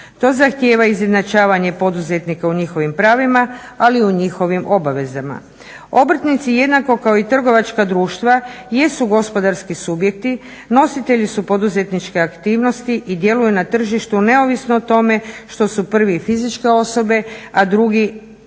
To zahtjeva izjednačavanje poduzetnika u njihovim pravima ali i u njihovim obavezama. Obrtnici jednako kao i trgovačka društva jesu gospodarski subjekti, nositelji su poduzetničke aktivnosti i djeluju na tržištu neovisno o tome što su prvi fizičke osobe a drugi